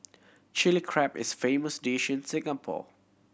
Chilli Crab is famous dish in Singapore